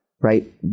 right